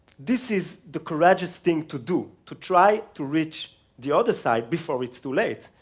this is the courageous thing to do, to try to reach the other side before it's too late,